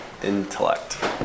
Intellect